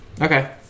Okay